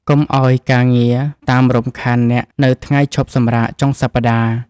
កុំឱ្យការងារតាមរំខានអ្នកនៅថ្ងៃឈប់សម្រាកចុងសប្តាហ៍។